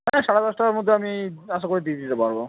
হ্যাঁ সাড়ে দশটার মধ্যে আমি আশা করি দিয়ে দিতে পারবো